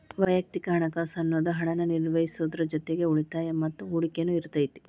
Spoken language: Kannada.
ವಯಕ್ತಿಕ ಹಣಕಾಸ್ ಅನ್ನುದು ಹಣನ ನಿರ್ವಹಿಸೋದ್ರ್ ಜೊತಿಗಿ ಉಳಿತಾಯ ಮತ್ತ ಹೂಡಕಿನು ಇರತೈತಿ